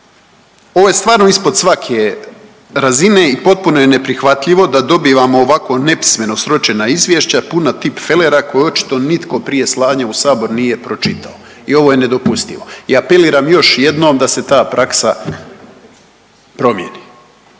Ovo je stvarno ispod svake razine i potpuno je neprihvatljivo da dobivamo ovako nepismeno sročena izvješća puna tipfelera koje očito nitko prije slanja u Sabor nije pročitao i ovo je nedopustivo i apeliram još jednom da se ta praksa promijeni.